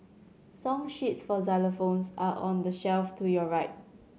song sheets for xylophones are on the shelf to your right